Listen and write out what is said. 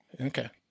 Okay